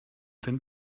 then